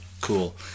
cool